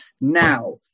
Now